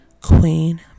Queen